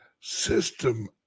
system